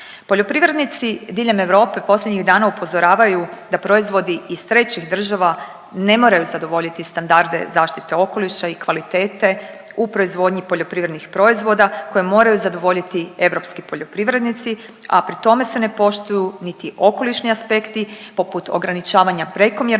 Poljoprivrednici diljem Europe posljednih dana upozoravaju da proizvodi iz trećih država ne moraju zadovoljiti standarde zaštite okoliša i kvalitete u proizvodnji poljoprivrednih proizvoda koje moraju zadovoljiti europski poljoprivrednici, a pri tome se ne poštuju niti okolišni aspekti poput ograničavanja prekomjernog